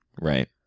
right